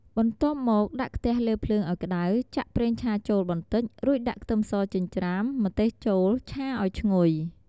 បន្ទាប់មកដាក់ខ្ទះលើភ្លើងឱ្យក្តៅ ចាក់ប្រេងឆាចូលបន្តិច រួចដាក់ខ្ទឹមសចិញ្ច្រាំ ម្ទេសចូលឆាឱ្យឈ្ងុយ។